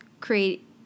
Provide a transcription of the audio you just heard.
create